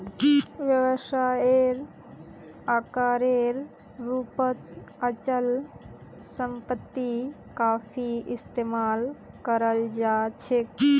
व्यवसायेर आकारेर रूपत अचल सम्पत्ति काफी इस्तमाल कराल जा छेक